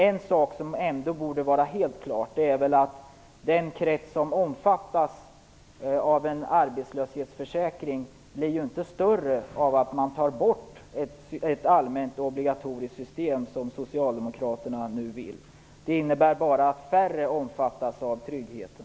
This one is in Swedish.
En sak som ändå borde vara helt klar är att den krets som omfattas av en arbetslöshetsförsäkring inte blir större av att man tar bort ett allmänt obligatoriskt system, som Socialdemokraterna nu vill. Det innebär bara att färre omfattas av tryggheten.